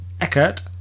Eckert